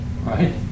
right